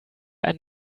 einen